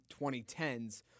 2010s